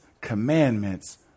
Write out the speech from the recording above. commandments